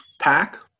pack